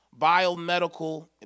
biomedical